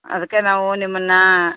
ಅದಕ್ಕೆ ನಾವು ನಿಮ್ಮನ್ನು